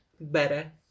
better